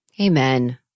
Amen